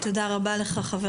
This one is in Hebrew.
תודה רבה לך, חבר